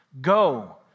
Go